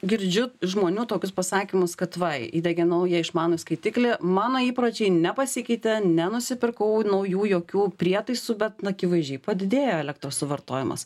girdžiu žmonių tokius pasakymus kad va įdiegė naują išmanų skaitiklį mano įpročiai nepasikeitė nenusipirkau naujų jokių prietaisų bet na akivaizdžiai padidėjo elektros suvartojimas